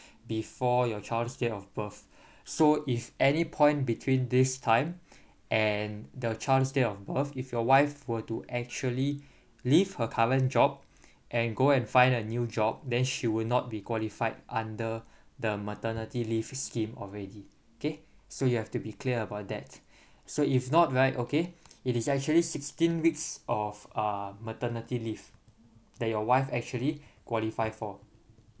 before your child's date of birth so if any point between this time and the child's date of birth if your wife were to actually leave her current job and go and find a new job then she would not be qualified under the maternity leave scheme already okay so you have to be clear about that so if not right okay it is actually sixteen weeks of uh maternity leave that your wife actually qualify for